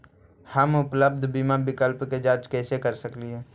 हम उपलब्ध बीमा विकल्प के जांच कैसे कर सकली हे?